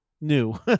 New